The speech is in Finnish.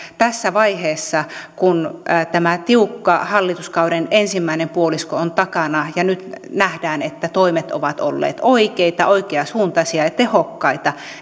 tässä vaiheessa kun tämä tiukka hallituskauden ensimmäinen puolisko on takana ja nyt nähdään että toimet ovat olleet oikeita oikeansuuntaisia ja tehokkaita